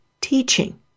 teaching